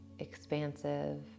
expansive